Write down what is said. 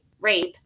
rape